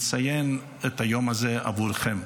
לציין את היום הזה עבורכם.